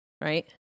right